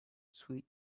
sweet